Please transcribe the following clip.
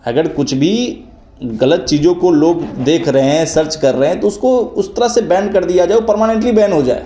अगर कुछ भी ग़लत चीज़ों को लोग देख रहे हैं सर्च कर रहे हैं तो उसको उस तरह से बैन कर दिया जाए ओ पर्मनेंटली बैन हो जाए